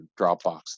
Dropbox